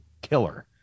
killer